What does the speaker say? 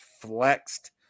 flexed